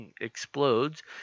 explodes